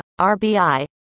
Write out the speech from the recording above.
RBI